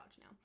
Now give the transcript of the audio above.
now